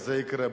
וזה יקרה,